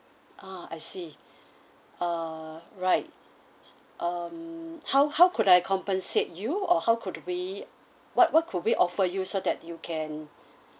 ah I see uh right um how how could I compensate you or how could we what what could we offer you so that you can